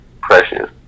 precious